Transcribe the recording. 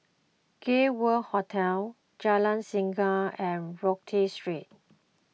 Gay World Hotel Jalan Singa and Rodyk Street